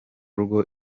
rugo